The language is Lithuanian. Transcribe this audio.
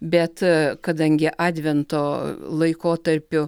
bet kadangi advento laikotarpiu